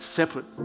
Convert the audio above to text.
separate